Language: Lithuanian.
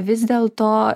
vis dėlto